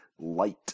light